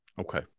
Okay